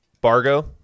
Bargo